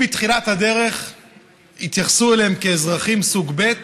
אם בתחילת הדרך התייחסו אליהם כאל אזרחים סוג ב'